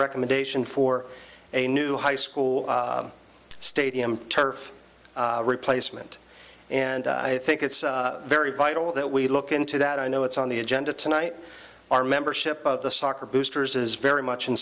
recommendation for a new high school stadium turf replacement and i think it's very vital that we look into that i know it's on the agenda tonight our membership of the soccer boosters is very much in